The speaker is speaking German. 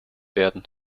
werden